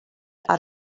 out